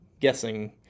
guessing